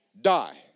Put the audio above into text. die